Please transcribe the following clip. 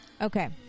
Okay